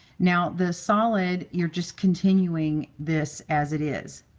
now, the solid, you're just continuing this as it is.